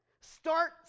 Start